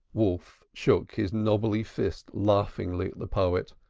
wolf shook his knobby fist laughingly at the poet,